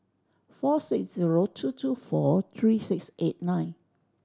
four six zero two two four three six eight nine